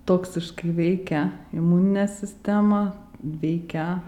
toksiškai veikia imuninę sistemą veikia